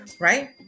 right